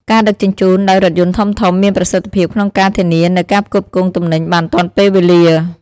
ការដឹកជញ្ជូនដោយរថយន្តធំៗមានប្រសិទ្ធភាពក្នុងការធានានូវការផ្គត់ផ្គង់ទំនិញបានទាន់ពេលវេលា។